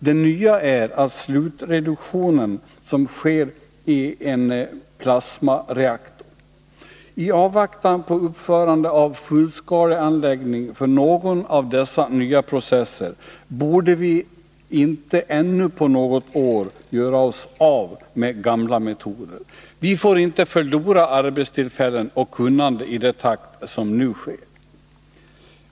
Det nya är slutreduktionen som sker i en plasmareaktor. I avvaktan på uppförande av fullskaleanläggning för någon av dessa nya processer borde vi inte ännu på något år göra oss av med gamla metoder. Vi får inte förlora arbetstillfällen och kunnande i den takt som nu sker.